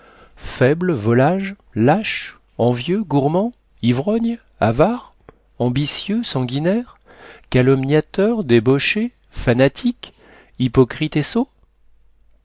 faibles volages lâches envieux gourmands ivrognes avares ambitieux sanguinaires calomniateurs débauchés fanatiques hypocrites et